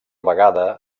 vegada